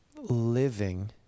living